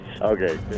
Okay